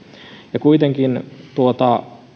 ja kuitenkin tuota